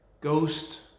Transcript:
ghost